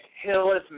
Hillis